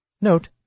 Note